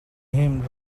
him